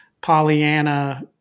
Pollyanna